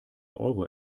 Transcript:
euro